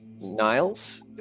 Niles